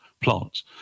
plants